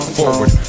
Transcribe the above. forward